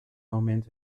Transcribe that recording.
moment